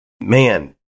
man